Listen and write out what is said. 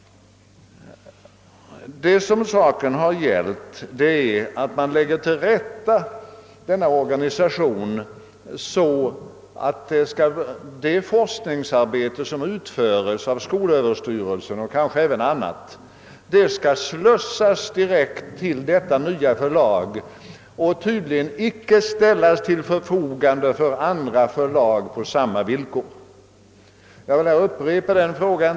Vad det gäller är att man enligt propositionen vill lägga denna organisation till rätta så, att det forskningsarbete som utförs av skolöverstyrelsen och kanske även andra kan slussas direkt till det nya förlaget och tydligen icke på samma villkor ställas till förfogande för utnyttjande av andra förlag. Jag upprepar frågan till herr Palme: Hur är det med den saken?